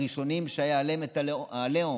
הראשונים שהיה עליהם את העליהום,